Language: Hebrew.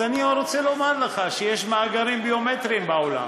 אני רוצה לומר לך שיש מאגרים ביומטריים בעולם.